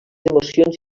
emocions